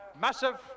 massive